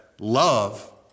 love